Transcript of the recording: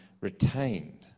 retained